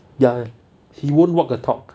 ya he won't walk the talk